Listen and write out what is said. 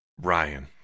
Ryan